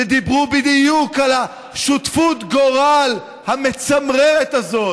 ותזכרו, אתה עושה עכשיו עבירת ביטחון שדה.